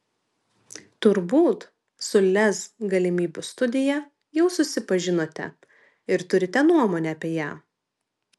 turbūt su lez galimybių studija jau susipažinote ir turite nuomonę apie ją